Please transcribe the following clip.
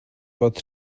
bod